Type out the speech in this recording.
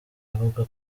avuga